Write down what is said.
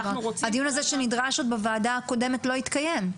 הדיון הזה שנדרש עוד בוועדה הקודמת לא התקיים.